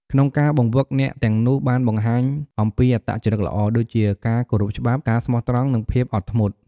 ក្នុងការបង្វឹក អ្នកទាំងនោះបានបង្ហាញអំពីអត្តចរិតល្អ ដូចជា ការគោរពច្បាប់ ការស្មោះត្រង់ និងភាពអត់ធ្មត់។